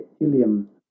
Ilium